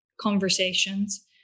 conversations